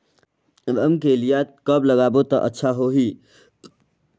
रमकेलिया कब लगाबो ता अच्छा होही?